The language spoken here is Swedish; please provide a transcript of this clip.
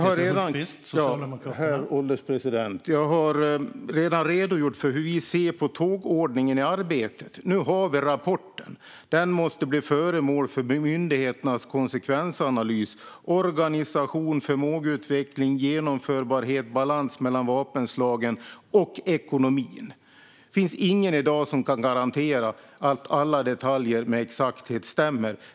Herr ålderspresident! Jag har redan redogjort för hur vi ser på tågordningen i arbetet. Nu har vi rapporten. Den måste bli föremål för myndigheternas konsekvensanalys vad gäller organisation, förmågeutveckling, genomförbarhet, balans mellan vapenslagen samt ekonomi. Ingen i dag kan garantera att alla detaljer med exakthet stämmer.